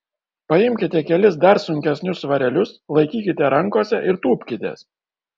paimkite kelis dar sunkesnius svarelius laikykite rankose ir tūpkitės